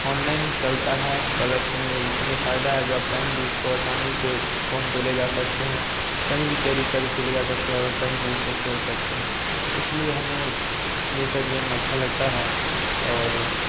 online चलता है plus में इसमें फ़ायदा है जो आप कहीं भी इसको आसानी से फ़ोन को ले जा सकते हैं कहीं भी कैरि करके ले जा सकते हैं और कहीं भी इसको खेल सकते हैं इसलिए हमें ये सब गेम अच्छा लगता है और